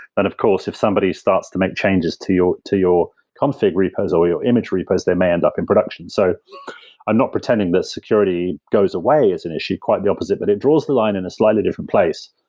then of course, if somebody starts to make changes to your to your config repos, or your image repos, they may end up in production. so i'm not pretending that security goes away as an issue, quite the opposite, but it draws the line in a slightly different place,